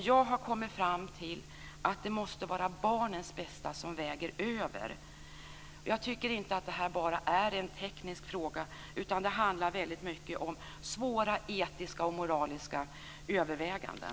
Jag har kommit fram till att det måste vara barnets bästa som väger tyngst. Jag tycker inte att det bara är en teknisk fråga. Det handlar i stor utsträckning om svåra etiska och moraliska överväganden.